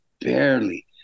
barely